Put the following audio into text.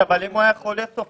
כן, אבל אם הוא היה חולה סופני,